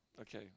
Okay